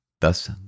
Thus